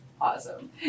awesome